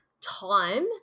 time